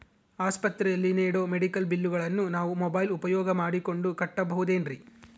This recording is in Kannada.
ಆಸ್ಪತ್ರೆಯಲ್ಲಿ ನೇಡೋ ಮೆಡಿಕಲ್ ಬಿಲ್ಲುಗಳನ್ನು ನಾವು ಮೋಬ್ಯೆಲ್ ಉಪಯೋಗ ಮಾಡಿಕೊಂಡು ಕಟ್ಟಬಹುದೇನ್ರಿ?